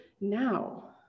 now